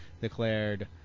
declared